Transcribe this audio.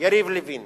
יריב לוין